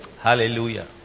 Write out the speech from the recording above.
Hallelujah